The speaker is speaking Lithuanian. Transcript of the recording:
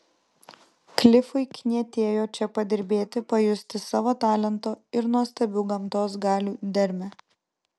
klifui knietėjo čia padirbėti pajusti savo talento ir nuostabių gamtos galių dermę